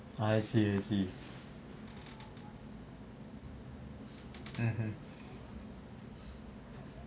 I see I see mmhmm